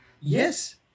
Yes